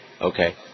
Okay